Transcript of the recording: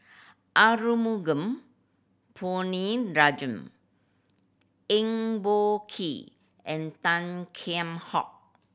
Arumugam Ponnu Rajah Eng Boh Kee and Tan Kheam Hock